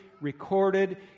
recorded